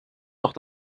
doch